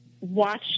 watch